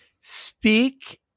speak